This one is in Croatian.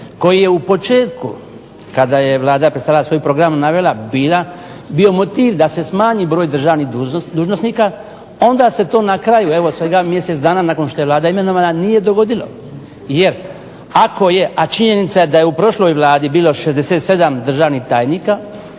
koji je u početku kada je Vlada predstavljala svoj program navela, bio motiv da se smanji broj državnih dužnosnika onda se to na kraju evo svega mjesec dana nakon što je Vlada imenovana nije dogodilo. Jer ako je, a činjenica je da je u prošloj Vladi bilo 67 državnih tajnika